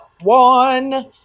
one